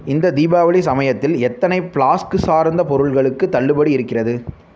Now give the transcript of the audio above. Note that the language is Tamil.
இந்த தீபாவளி சமயத்தில் எத்தனை ஃப்ளாஸ்க்கு சார்ந்த பொருள்களுக்கு தள்ளுபடி இருக்கிறது